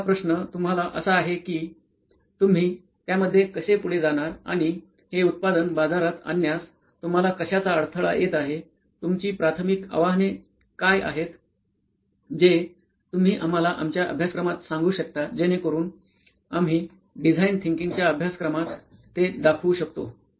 तर माझा पुन्हा प्रश्न तुम्हाला असा आहे की तुम्ही त्यामध्ये कसे पुढे जाणार आणि हे उत्पादन बाजारात आणण्यास तुम्हाला कशाचा अडथळा येत आहे तुमची प्राथमिक आवाहने काय आहेत जे तुम्ही आम्हाला आमच्या अभ्यासक्रमात सांगू शकता जेणेकरुन आम्ही डिझाईन थिंकिंगच्या अभ्यासक्रमात ते दाखवू शकतो